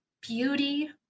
beauty